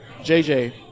JJ